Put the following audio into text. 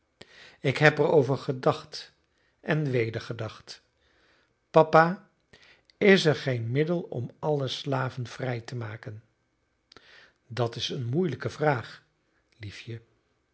ik heb er over gedacht en weder gedacht papa is er geen middel om alle slaven vrij te maken dat is eene moeielijke vraag liefje